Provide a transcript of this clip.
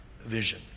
vision